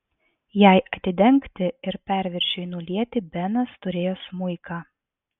jai atidengti ir perviršiui nulieti benas turėjo smuiką